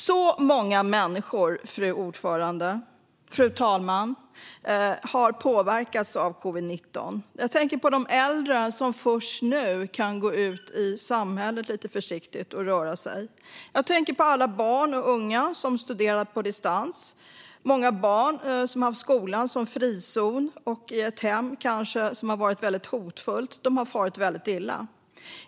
Så många människor, fru talman, har påverkats av covid-19. Jag tänker på de äldre, som först nu lite försiktigt kan gå ut och röra sig i samhället. Jag tänker på alla barn och unga som studerat på distans. Många barn som har haft skolan som frizon och kanske ett hem som varit hotfullt har farit väldigt illa.